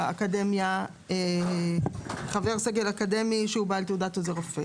באקדמיה חבר סגל אקדמי שהוא בעל תעודת עוזר רופא,